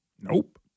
nope